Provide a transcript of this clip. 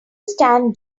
stand